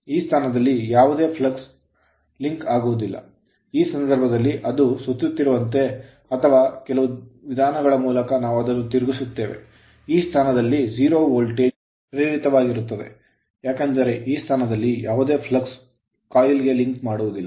ಈ ಸ್ಥಾನದಲ್ಲಿ ಯಾವುದೇ flux ಫ್ಲಕ್ಸ್ ಲಿಂಕ್ ಆಗುವುದ್ದಿಲ್ಲ ಈ ಸಂದರ್ಭದಲ್ಲಿ ಅದು ಸುತ್ತುತ್ತಿರುವಂತೆ ಅಥವಾ ಕೆಲವು ವಿಧಾನಗಳ ಮೂಲಕ ನಾವು ಅದನ್ನು ತಿರುಗಿಸುತ್ತೇವೆ ಈ ಸ್ಥಾನದಲ್ಲಿ 0 ವೋಲ್ಟೇಜ್ ಪ್ರೇರಿತವಾಗಿರುತ್ತದೆ ಏಕೆಂದರೆ ಈ ಸ್ಥಾನದಲ್ಲಿ ಯಾವುದೇ flux flux coil coil link ಮಾಡುವುದಿಲ್ಲ